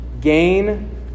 gain